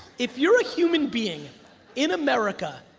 if you're a human being in america,